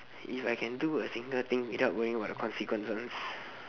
if I can do a single thing without worrying about consequences